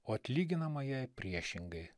o atlyginama jai priešingai